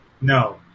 No